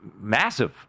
massive